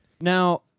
Now